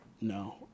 No